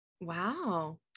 Wow